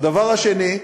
הדבר השני: